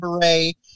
Beret